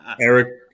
Eric